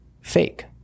fake